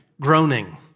groaning